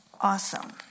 awesome